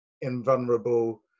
invulnerable